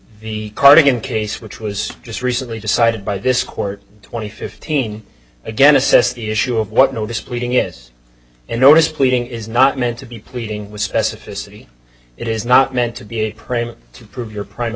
the cardigan case which was just recently decided by this court twenty fifteen again assess the issue of what notice pleading is and notice pleading is not meant to be pleading with specificity it is not meant to be a prelude to prove your prim